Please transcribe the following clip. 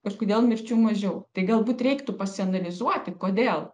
kažkodėl mirčių mažiau tai galbūt reiktų pasianalizuoti kodėl